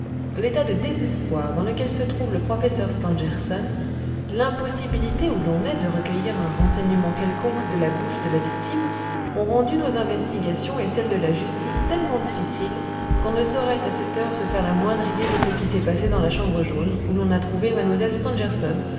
l'état de désespoir dans lequel se trouve le professeur stangerson l'impossibilité où l'on est de recueillir un renseignement quelconque de la bouche de la victime ont rendu nos investigations et celles de la justice tellement difficiles qu'on ne saurait à cette heure se faire la moindre idée de ce qui s'est passé dans la chambre jaune où l'on a trouvé mlle stangerson